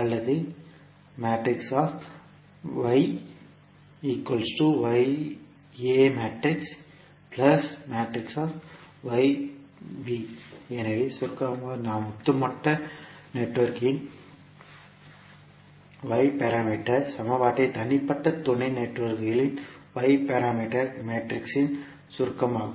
அல்லது எனவே சுருக்கமாக நாம் ஒட்டுமொத்த நெட்வொர்க்கின் y பாராமீட்டர் சமன்பாட்டை தனிப்பட்ட துணை நெட்வொர்க்குகளின் y பாராமீட்டர் மேட்ரிக்ஸின் சுருக்கமாகும்